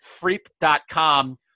freep.com